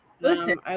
Listen